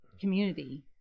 community